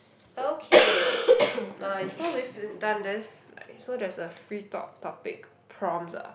okay nice so we've done this nice so there's a free talk topic prompts ah